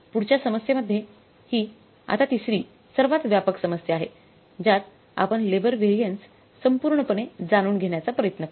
तर पुढच्या समस्येमध्ये ही आता तिसरी सर्वात व्यापक समस्या आहे ज्यात आपण लेबर व्हॅरियन्स संपूर्णपणे जाणून घेण्याचा प्रयत्न करू